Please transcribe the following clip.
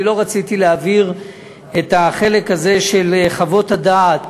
אני לא רציתי להעביר את החלק הזה של חוות הדעת